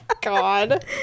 God